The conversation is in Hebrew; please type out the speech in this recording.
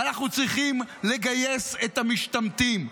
ואנחנו צריכים לגייס את המשתמטים.